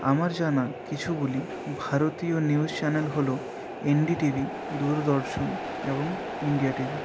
আমার জানা কিছুগুলি ভারতীয় নিউজ চ্যানেল হল N D T V Doordarshan এবং ইন্ডিয়া টি ভি